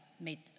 made